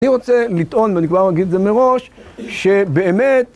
אני רוצה לטעון, ואני כבר אגיד את זה מראש, שבאמת...